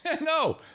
No